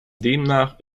demnach